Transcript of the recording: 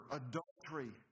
adultery